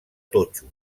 totxo